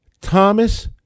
Thomas